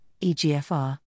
EGFR